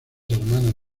hermanas